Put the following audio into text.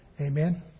Amen